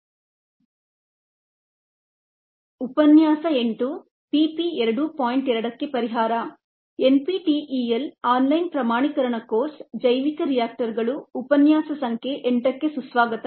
NPTEL online ಪ್ರಮಾಣೀಕರಣ course ಜೈವಿಕ ರಿಯಾಕ್ಟರ್ಗಳು ಉಪನ್ಯಾಸ ಸಂಖ್ಯೆ 8 ಕ್ಕೆ ಸುಸ್ವಾಗತ